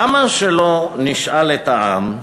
למה שלא נשאל את העם,